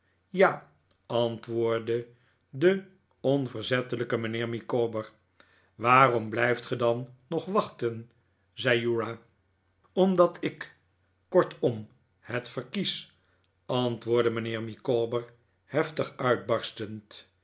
ja antwoordde de onverzettelijke mijnheer micawber waarom blijft ge dan nog wachten zei uriah omdat ik kortom het verkies antwoordde mijnheer micawber heftig uitbarstend